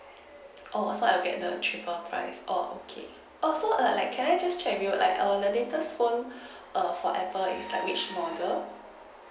oh so I'll get the cheaper price oh okay also err like can I just check with you like err the latest phone err for Apple is like which model